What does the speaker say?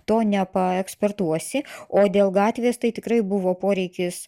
to nepaekspertuosi o dėl gatvės tai tikrai buvo poreikis